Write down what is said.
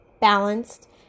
balanced